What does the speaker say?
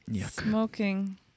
Smoking